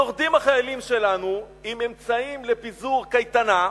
יורדים החיילים שלנו עם אמצעים לפיזור קייטנה,